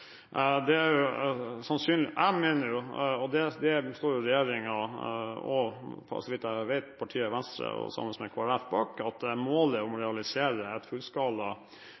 Jeg mener – og det står regjeringen og så vidt jeg vet partiet Venstre, sammen med Kristelig Folkeparti, bak – at målet om å realisere et